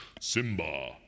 Simba